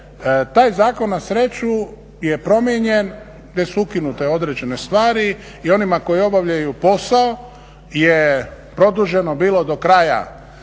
taj Zakon na sreću je promijenjen gdje su ukinute određene stvari. I onima koji obavljaju posao je produženo bilo do kraja